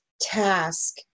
task